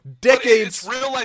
decades